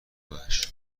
وحش